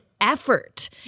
effort